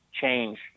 change